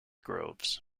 groves